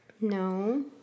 No